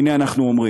הנה, אנחנו אומרים.